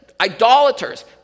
idolaters